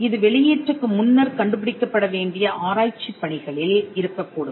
இது வெளியீட்டுக்கு முன்னர் கண்டு பிடிக்கப்பட வேண்டிய ஆராய்ச்சிப் பணிகளில் இருக்கக்கூடும்